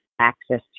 access